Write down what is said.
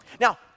Now